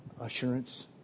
assurance